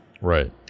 right